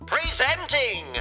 Presenting